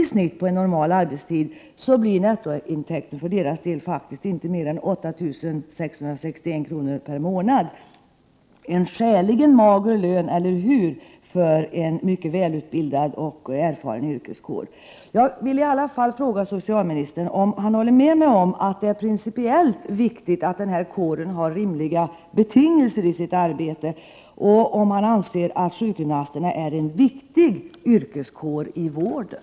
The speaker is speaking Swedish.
i snitt på en normal arbetstid, blir nettointäkten för deras del faktiskt inte mer än 8661 kr. per månad. Det är en skäligen mager lön för en mycket välutbildad och erfaren yrkeskår — eller hur? Håller socialministern med mig om att det är principiellt viktigt att denna kår har rimliga betingelser i sitt arbete? Anser socialministern att sjukgymnasterna är en viktig yrkeskår i vården?